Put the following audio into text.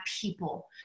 people